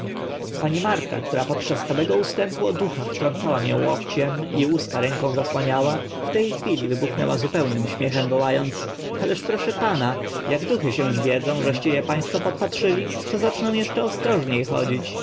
pani marta która podczas całego ustępu o duchach trącała mię łokciem i usta zasłaniała w te chwili wybuchnęła zupełnym śmiechem woła ąc ależ proszę pana ak duchy się zwiedzą żeście e państwo podpatrzyli to zaczną eszcze ostrożnie chodzić